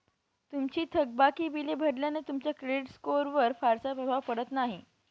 तुमची थकबाकी बिले भरल्याने तुमच्या क्रेडिट स्कोअरवर फारसा प्रभाव पडत नाही